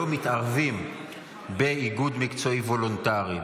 לא מתערבים באיגוד מקצועי וולונטרי.